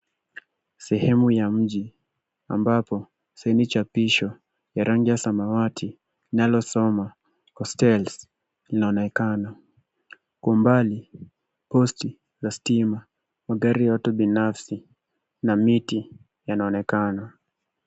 Sehemu ya mji ambapo sahii ni chapisho ya rangi ya samawati linalosoma Hostels linaonekana kwa umbali. Posti za stima, magari yote binafsi, na miti yanaonekana.